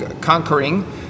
conquering